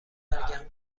سرگرم